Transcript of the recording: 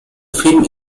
film